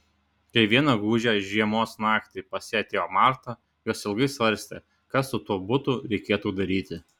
kai vieną gūdžią žiemos naktį pas ją atėjo marta jos ilgai svarstė ką su tuo butu reikėtų daryti